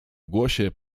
głosie